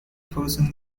person